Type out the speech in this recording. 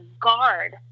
guard